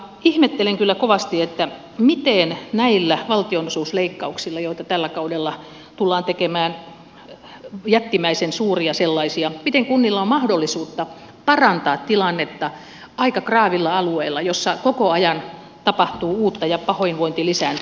ihmettelen kyllä kovasti miten näillä valtionosuusleikkauksilla joita tällä kaudella tullaan tekemään jättimäisen suuria sellaisia kunnilla on mahdollisuutta parantaa tilannetta aika graavilla alueella jossa koko ajan tapahtuu uutta ja pahoinvointi lisääntyy